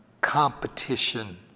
competition